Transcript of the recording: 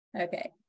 Okay